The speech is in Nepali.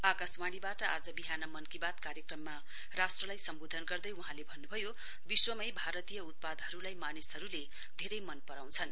आकाशवाणीबाट आज विहान मन की बात कार्यक्रममा राष्ट्रलाई सम्वोधन गर्दै वहाँले भन्नुभयो विश्वमै भारतीय उत्पादहरुलाई मानिसहरुले धेरै मन पराउँछन्